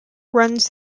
runs